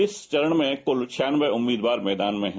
इस चरण में कुल छियान्नवे उम्मीदवार मैदान में हैं